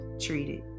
treated